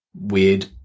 weird